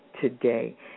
today